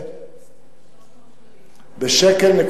300 שקלים.